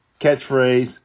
Catchphrase